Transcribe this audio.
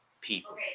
people